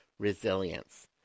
resilience